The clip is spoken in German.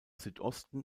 südosten